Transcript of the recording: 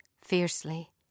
Fiercely